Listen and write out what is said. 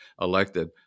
elected